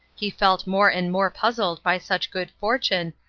he felt more and more puzzled by such good fortune,